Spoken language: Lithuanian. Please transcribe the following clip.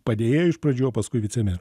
padėjuju iš pradžių o paskui vicemeru